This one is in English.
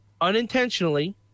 unintentionally